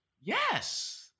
Yes